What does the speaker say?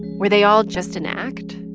were they all just an act?